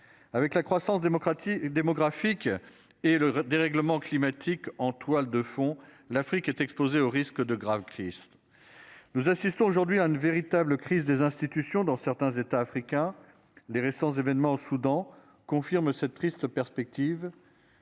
Avec la croissance démocratique démographique et le dérèglement climatique. En toile de fond l'Afrique est exposée au risque de grave Christ. Nous assistons aujourd'hui à une véritable crise des institutions dans certains États africains. Les récents événements au Soudan confirme cette triste perspective.